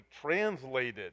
translated